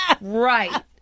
Right